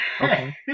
Okay